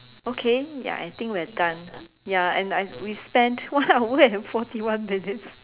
okay ya I think we're done ya and I we've spent one hour and forty one minutes